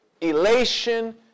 elation